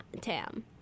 Tam